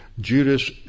Judas